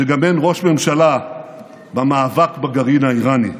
שגם אין ראש ממשלה במאבק בגרעין האיראני.